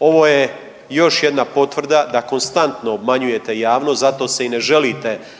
Ovo je još jedna potvrda da konstantno obmanjujete javnost zato se i ne želite